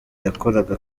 yakoraga